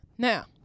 Now